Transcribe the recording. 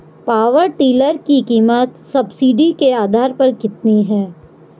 Power tiller की कीमत subsidy के आधार पर कितनी है?